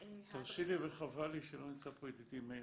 תרשי לי וחבל לי שלא נמצא פה ידידי מאיר,